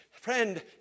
Friend